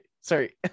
sorry